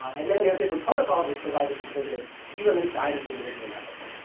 and then we have different protocols which provide different primitives, even inside of the individual networks.